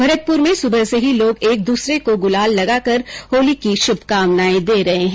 भरतपुर में सुबह से ही लोग एक दूसरे को गुलाल लगाकर होली की शुभकामनाएं दे रहे हैं